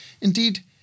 Indeed